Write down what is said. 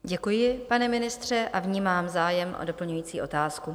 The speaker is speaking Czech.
Děkuji, pane ministře, a vnímám zájem o doplňující otázku.